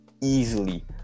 easily